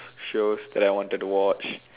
shows that I wanted to watch